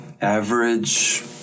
average